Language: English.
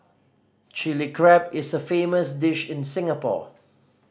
Chilli Crab is a famous dish in Singapore